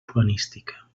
urbanística